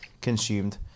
consumed